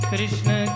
Krishna